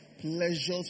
Pleasures